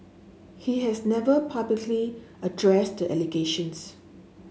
he has never publicly addressed the allegations